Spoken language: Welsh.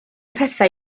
pethau